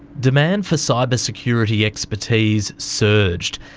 demand for cybersecurity expertise surged,